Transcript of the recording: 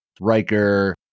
Riker